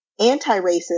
anti-racist